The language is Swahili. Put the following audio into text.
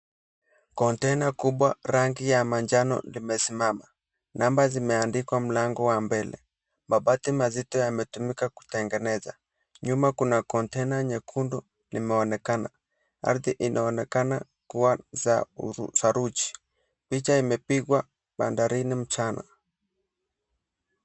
Kontena kubwa rangi ya manjano imesimama namba zimeandikwa mlango wa mbele, mabati mazito yametumika kutengeneza nyuma, kuna kontena nyekundu imeonekana ardhi inaonekana kuwa saruji picha imepigwa bandari mchana.